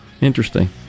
interesting